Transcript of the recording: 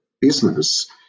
business